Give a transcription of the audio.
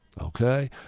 Okay